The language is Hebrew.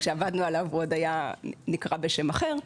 כשעבדנו עליו הוא היה נקרא בשם אחר.